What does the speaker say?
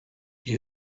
die